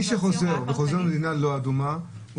מי שחוזר ממדינה לא אדומה,